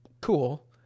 cool